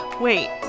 Wait